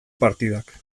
partidak